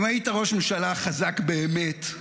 אם היית ראש ממשלה חזק באמת,